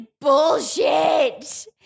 bullshit